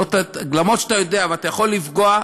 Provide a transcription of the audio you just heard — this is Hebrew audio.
למרות שאתה יודע ואתה יכול לפגוע,